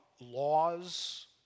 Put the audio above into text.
laws